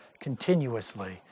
continuously